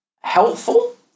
helpful